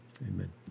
Amen